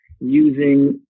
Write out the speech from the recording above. using